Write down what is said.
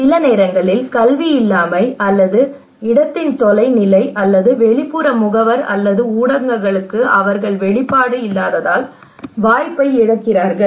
சில நேரங்களில் கல்வி இல்லாமை அல்லது இடத்தின் தொலைநிலை அல்லது வெளிப்புற முகவர் அல்லது ஊடகங்களுக்கு அவர்கள் வெளிப்பாடு இல்லாததால் அவர்கள் வாய்ப்பை இழக்கிறார்கள்